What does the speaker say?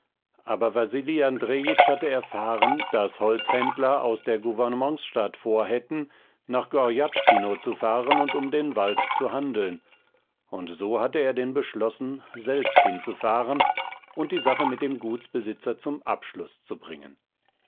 aber wasili andrejitsch hatte erfahren daß holzhändler aus der gouvernementsstadt vorhätten nach gorjatschkino zu fahren und um den wald zu handeln und so hatte er denn beschlossen sofort selbst hinzufahren und die sache mit dem gutsbesitzer zum abschluß zu bringen